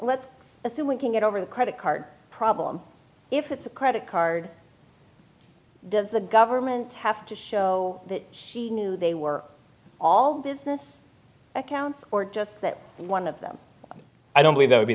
assume winking at over the credit card problem if it's a credit card does the government have to show that she knew they were all business accounts or just that one of them i don't believe that would be